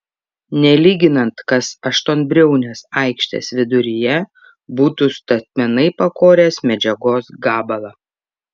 nelyginant kas aštuonbriaunės aikštės viduryje būtų statmenai pakoręs medžiagos gabalą